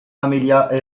amelia